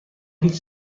هیچ